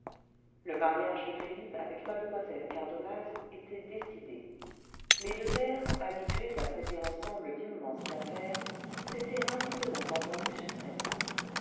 le mariage de philippe avec mue cardonnaz était décidé les deux pères habitués à traiter ensemble d'immenses affaires s'étaient rapidement entendus sur celle-là